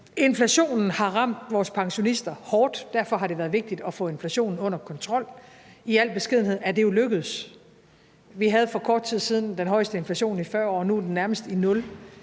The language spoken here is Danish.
Inflationen har ramt vores pensionister hårdt, og derfor har det været vigtigt at få inflationen under kontrol. I al beskedenhed er det jo lykkedes. Vi havde for kort tid siden den højeste inflation i 40 år. Nu er den nærmest i